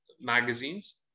magazines